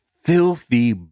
filthy